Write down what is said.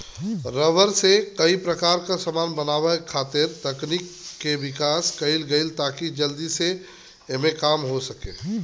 rubber से कई प्रकार क समान बनावे खातिर तकनीक के विकास कईल गइल ताकि जल्दी एमे काम हो सके